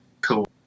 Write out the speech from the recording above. cool